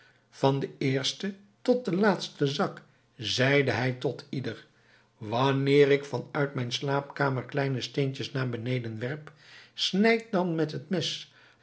van den eersten tot den laatsten zak zeide hij tot ieder wanneer ik van uit mijn slaapkamer kleine steentjes naar beneden werp snijdt dan met het mes